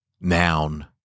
Noun